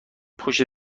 پشت